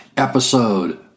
episode